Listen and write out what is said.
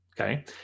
okay